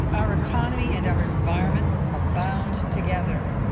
our economy and our environment are bound together.